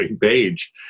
page